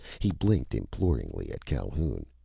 he blinked imploringly at calhoun.